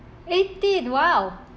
eighteen !wow!